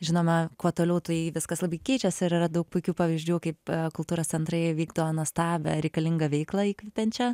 žinoma kuo toliau tai viskas labai keičiasi ir yra daug puikių pavyzdžių kaip kultūros centrai vykdo nuostabią reikalingą veiklą įkvepiančią